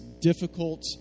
difficult